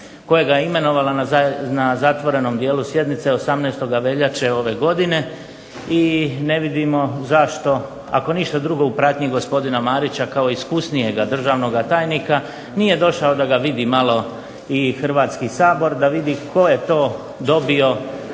kojega je imenovala na zatvorenom dijelu sjednice 18. veljače ove godine, i ne vidimo zašto, ako ništa drugo u pratnji gospodina Marića kao iskusnijega državnoga tajnika, nije došao da ga vidi malo i Hrvatski sabor, da vidi tko je to dobio